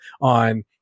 on